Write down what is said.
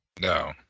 No